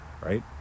Right